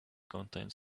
contained